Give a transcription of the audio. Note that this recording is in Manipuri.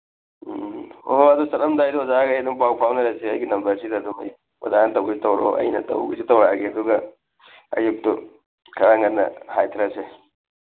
ꯎꯝ ꯎꯝ ꯍꯣ ꯍꯣ ꯑꯗꯨꯗꯤ ꯆꯠꯂꯝꯗꯥꯏꯗ ꯑꯣꯖꯥ ꯑꯩꯒ ꯑꯗꯨꯝ ꯄꯥꯎ ꯐꯥꯎꯅꯔꯁꯤ ꯑꯩꯒꯤ ꯅꯝꯕꯔꯁꯤꯗ ꯑꯗꯨꯝ ꯑꯣꯖꯥꯅ ꯇꯧꯒꯦ ꯇꯧꯔꯛꯑꯣ ꯑꯩꯅ ꯇꯧꯒꯦꯁꯨ ꯇꯧꯔꯛꯑꯒꯦ ꯑꯗꯨꯒ ꯑꯌꯨꯛꯇꯨ ꯈꯔ ꯉꯟꯅ ꯍꯥꯏꯊꯔꯁꯦ